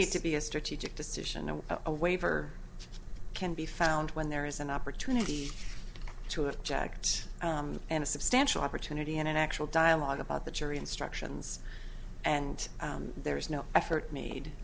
need to be a strategic decision no a waiver can be found when there is an opportunity to have checked and a substantial opportunity in an actual dialogue about the jury instructions and there is no effort made